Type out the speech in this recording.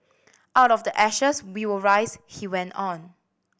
out of the ashes we will rise he went on